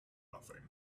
nothing